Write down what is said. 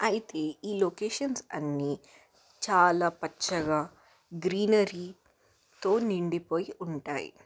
అయితే ఈలొకేషన్స్ అన్ని చాలా పచ్చగా గ్రీనరీతో నిండిపోయి ఉంటాయి